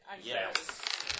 Yes